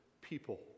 people